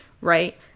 right